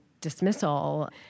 dismissal